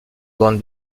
bande